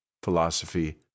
philosophy